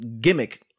gimmick